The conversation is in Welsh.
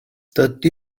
dydy